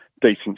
decent